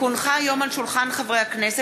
כי הונחה היום על שולחן הכנסת,